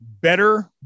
better